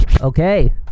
Okay